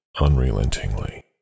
unrelentingly